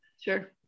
Sure